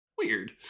weird